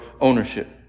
ownership